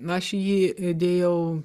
na aš jį įdėjau